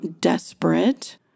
desperate